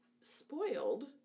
spoiled